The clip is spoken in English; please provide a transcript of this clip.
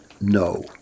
no